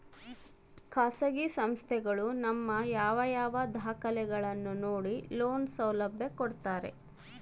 ಖಾಸಗಿ ಸಂಸ್ಥೆಗಳು ನಮ್ಮ ಯಾವ ಯಾವ ದಾಖಲೆಗಳನ್ನು ನೋಡಿ ಲೋನ್ ಸೌಲಭ್ಯ ಕೊಡ್ತಾರೆ?